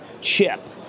chip